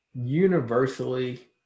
universally